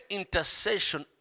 intercession